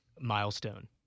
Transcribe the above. milestone